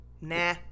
nah